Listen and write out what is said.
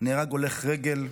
נהרג הולך רגל,